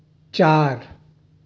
چار